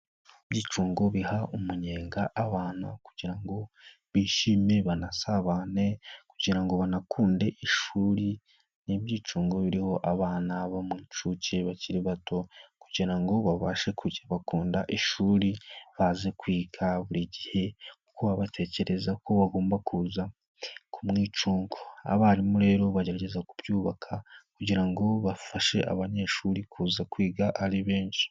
Ibyicungo biha umunyenga abana kugira ngo bishime banasabane kugira banakunde ishuri. Ni ibyicungo biriho abana bo mu nshuke bakiri bato kugirango babashe kujya bakunda ishuri baze kwiga buri gihe kuko baba batekereza ko bagomba kuza kumwicungo. Abarimu rero bagerageza kubyubaka kugira ngo bafashe abanyeshuri kuza kwiga ari benshi